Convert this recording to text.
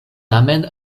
tamen